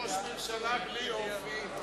ראש ממשלה בלי אופי.